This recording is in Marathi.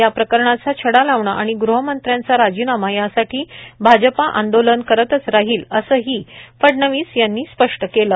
या प्रकरणाचा छडा लावणे आणि गृह मंत्र्यांचा राजीनामा यासाठी भाजप आंदोलन करतच राहील असेही फडणवीस यांनी स्पष्ट केले